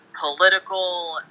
political